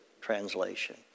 translation